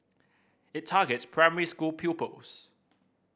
it targets primary school pupils